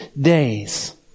days